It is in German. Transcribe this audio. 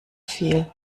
viel